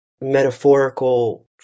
metaphorical